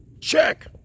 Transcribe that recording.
Check